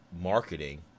marketing